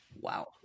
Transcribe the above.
Wow